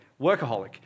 workaholic